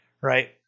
right